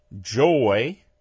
joy